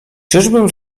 czyżbym